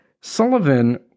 Sullivan